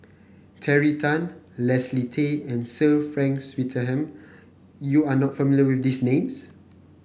Terry Tan Leslie Tay and Sir Frank Swettenham you are not familiar with these names